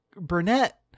Burnett